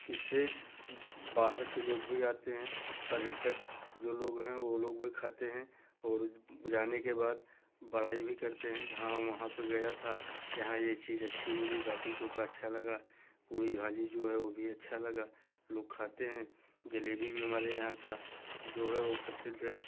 इससे बाहर के लोग भी आते हैं पर्यटक जो लोग हैं वो लोग भी खाते हैं और जाने के बाद बड़ाई भी करते हैं कि हँ वहाँ पर गया था यहाँ ये चीज अच्छी मिली बाटी चोखा अच्छा लगा पुरी भाजी जो है वो भी अच्छा लगा लोग खाते हैं जिलेबी भी हमारे यहाँ का जो है वो प्रसिद्ध है